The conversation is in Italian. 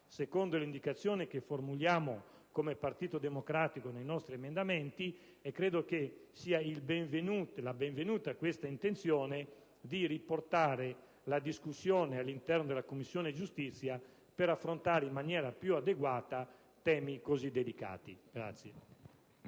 secondo l'indicazione che formuliamo come Partito Democratico nei nostri emendamenti, e credo che l'intenzione di riportare la discussione all'interno della Commissione giustizia per affrontare in maniera più adeguata temi così delicati sia